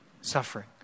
suffering